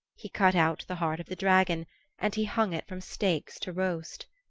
he cut out the heart of the dragon and he hung it from stakes to roast.